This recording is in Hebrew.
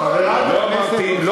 לא מגנה את, זהו, מספיק, די.